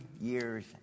years